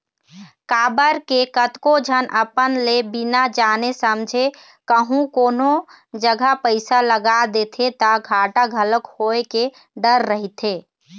काबर के कतको झन अपन ले बिना जाने समझे कहूँ कोनो जघा पइसा लगा देथे ता घाटा घलोक होय के डर रहिथे